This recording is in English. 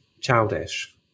Childish